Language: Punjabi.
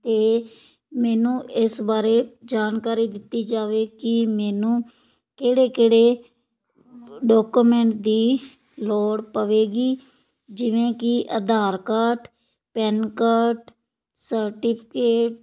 ਇਹ ਮੈਨੂੰ ਇਸ ਬਾਰੇ ਜਾਣਕਾਰੀ ਦਿੱਤੀ ਜਾਵੇ ਕੀ ਮੈਨੂੰ ਕਿਹੜੇ ਕਿਹੜੇ ਡਾਕੂਮੈਂਟ ਦੀ ਲੋੜ ਪਵੇਗੀ ਜਿਵੇਂ ਕਿ Aadhaar card PAN card certificate